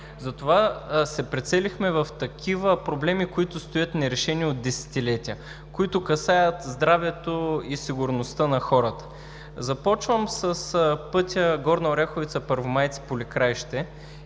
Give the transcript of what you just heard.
Затова се прицелихме в такива проблеми, които стоят нерешени от десетилетия, които касаят здравето и сигурността на хората. Започвам с пътя Горна Оряховица – Първомайци – Поликраище